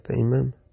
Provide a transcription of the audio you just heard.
Amen